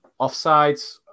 Offsides